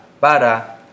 para